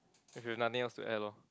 if you've nothing else to add lor